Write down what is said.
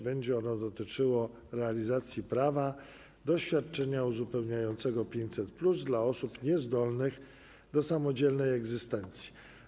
Będzie ono dotyczyło realizacji prawa do świadczenia uzupełniającego 500+ dla osób niezdolnych do samodzielnej egzystencji.